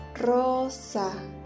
Rosa